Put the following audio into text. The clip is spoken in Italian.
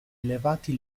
elevati